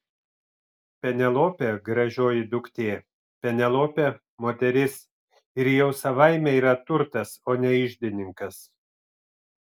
penelopė gražioji duktė penelopė moteris ir jau savaime yra turtas o ne iždininkas